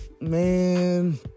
man